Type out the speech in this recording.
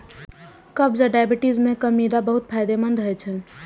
कब्ज आ डायबिटीज मे कदीमा बहुत फायदेमंद होइ छै